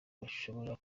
bashobora